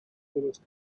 almost